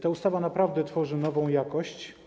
Ta ustawa naprawdę tworzy nową jakość.